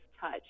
touch